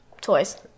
Toys